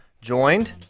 joined